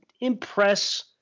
impress